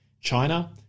China